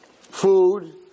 food